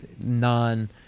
non